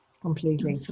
Completely